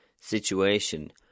situation